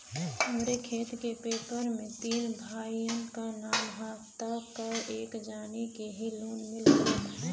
हमरे खेत के पेपर मे तीन भाइयन क नाम ह त का एक जानी के ही लोन मिल सकत ह?